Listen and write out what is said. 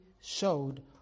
showed